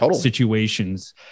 situations